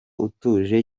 utuje